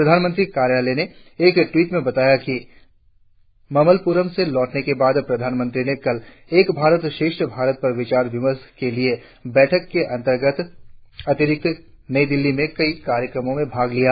प्रधानमंत्री कार्यालय ने एक ट्वीट में बताया कि मामल्लपुरम से लौटने के बाद प्रधानमंत्री ने कल एक भारत श्रेष्ठ भारत पर विचार विमर्श के लिये बैठक के अतिरिक्त नई दिल्ली में कई कार्यक्रमो में भाग लिया